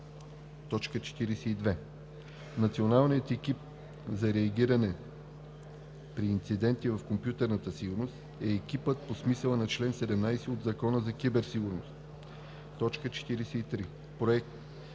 42. „Националният екип за реагиране при инциденти в компютърната сигурност“ е екипът по смисъла на чл. 17 от Закона за киберсигурност. 43. „Проект“